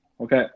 okay